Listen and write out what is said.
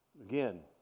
again